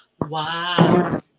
Wow